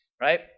right